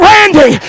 Randy